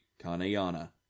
Kaneana